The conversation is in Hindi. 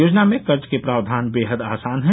योजना में कर्ज के प्रावधान बेहद आसान है